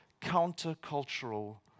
counter-cultural